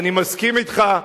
אני מסכים אתך,